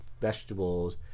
vegetables